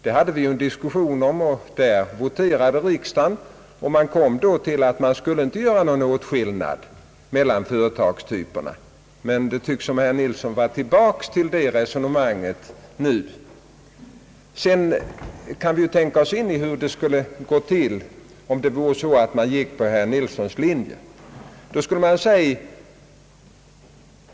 Vi hade ju en diskussion om detta i riksdagen, varvid vi vid voteringen kom fram till att vi inte skulle göra någon åtskillnad mellan de olika företagstyperna. Det tycks emellertid som om herr Nilsson nu hade återfallit till detta resonemang. Vi kan ju försöka tänka oss in i hur det skulle bli om man gick efter herr Nilssons linje.